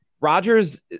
Rodgers